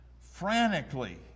frantically